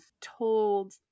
told